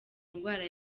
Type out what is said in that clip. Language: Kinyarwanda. ndwara